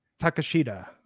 Takashida